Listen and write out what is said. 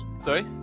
Sorry